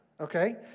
okay